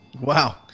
Wow